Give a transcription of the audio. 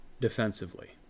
defensively